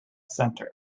center